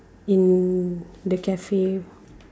in the cafe